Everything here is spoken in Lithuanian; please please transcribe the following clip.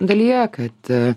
dalyje kad